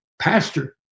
Pastor